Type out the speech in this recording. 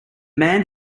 man